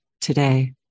today